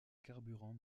carburant